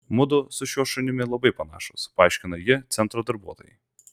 mudu su šiuo šunimi labai panašūs paaiškino ji centro darbuotojai